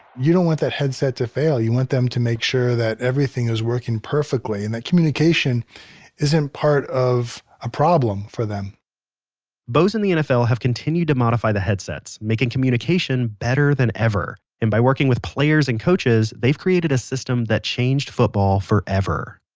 you don't want that headset to fail. you want them to make sure that everything is working perfectly and that communication isn't part of a problem for them bose and the nfl have continued to modify the headsets, making communication better than ever. and by working with players and coaches they've created a system that changed football forever